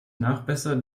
nachbessert